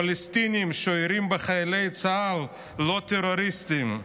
"פלסטינים שיורים בחיילי צה"ל לא טרוריסטים,